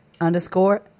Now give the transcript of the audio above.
underscore